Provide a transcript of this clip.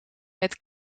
met